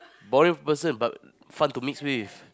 boring person but fun to meet with